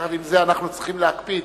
יחד עם זה אנחנו צריכים להקפיד.